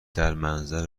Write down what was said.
منظر